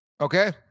Okay